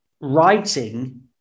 writing